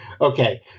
Okay